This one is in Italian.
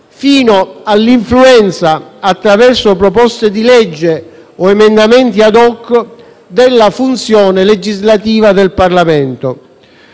fino all'influenza, attraverso proposte di legge o emendamenti *ad hoc*, della funzione legislativa del Parlamento.